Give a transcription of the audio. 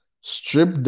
strip